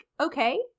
okay